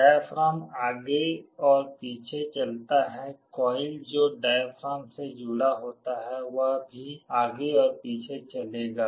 diaphragm आगे और पीछे चलता है कोईल जो डायाफ्राम से जुड़ा होता है वह भी आगे और पीछे चलेगा